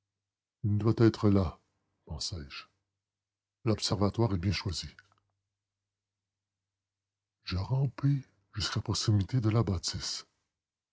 il doit être là pensai-je l'observatoire est bien choisi je rampai jusqu'à proximité de la bâtisse